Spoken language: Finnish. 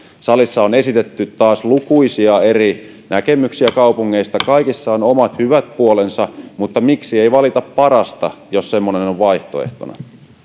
salissa on esitetty taas lukuisia eri näkemyksiä kaupungeista kaikissa on omat hyvät puolensa mutta miksi ei valita parasta jos semmoinen on vaihtoehtona